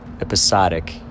episodic